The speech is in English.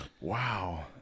Wow